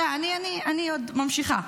אני עוד ממשיכה.